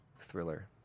thriller